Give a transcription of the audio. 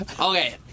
Okay